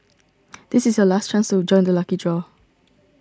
this is your last chance to join the lucky draw